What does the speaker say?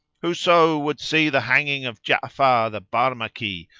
whoso would see the hanging of ja'afar, the barmaki,